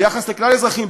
ביחס לכלל האזרחים,